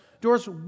Doris